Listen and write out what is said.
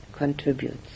contributes